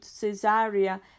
Caesarea